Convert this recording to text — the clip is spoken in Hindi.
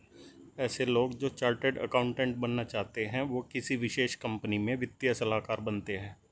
ऐसे लोग जो चार्टर्ड अकाउन्टन्ट बनना चाहते है वो किसी विशेष कंपनी में वित्तीय सलाहकार बनते हैं